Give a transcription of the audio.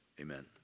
Amen